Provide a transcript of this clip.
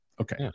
Okay